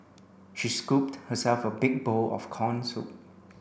she scooped herself a big bowl of corn soup